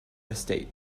estate